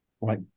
Right